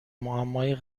معمای